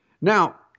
Now